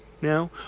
now